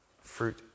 Fruit